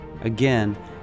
Again